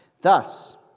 Thus